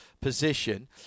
position